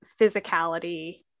physicality